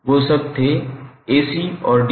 वो शब्द थे AC और DC